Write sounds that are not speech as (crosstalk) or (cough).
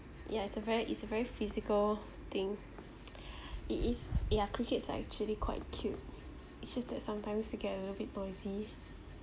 ya it's a very it's a very physical thing (breath) it is ya crickets are actually quite cute it's just that sometimes they get a little bit noisy